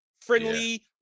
friendly